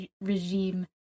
regime